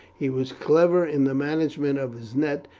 he was clever in the management of his net,